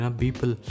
people